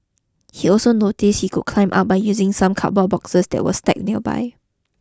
he also noticed he could climb up by using some cardboard boxes that were stacked nearby